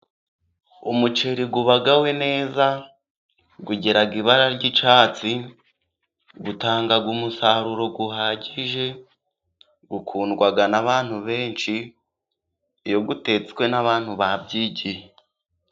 Umuceri ubagawe neza, ugira ibara ry'icyatsi utanga umusaruro uhagije, ukundwa n'abantu benshi iyo utetswe n'abantu babyigiye.